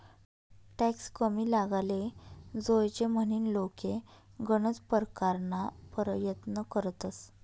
tax कमी लागाले जोयजे म्हनीन लोके गनज परकारना परयत्न करतंस